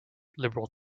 liberal